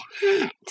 hat